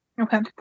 Okay